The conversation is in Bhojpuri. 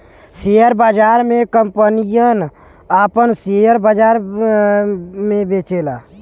शेअर बाजार मे कंपनियन आपन सेअर बाजार मे बेचेला